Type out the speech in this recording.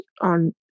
on